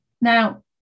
Now